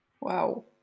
wow